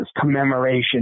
commemoration